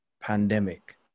pandemic